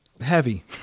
heavy